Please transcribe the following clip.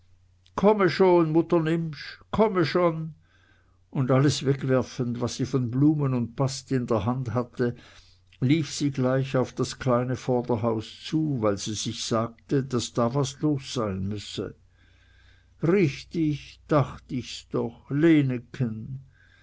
komme schon mutter nimptsch komme schon und alles wegwerfend was sie von blumen und bast in der hand hatte lief sie gleich auf das kleine vorderhaus zu weil sie sich sagte daß da was los sein müsse richtig dacht ich's doch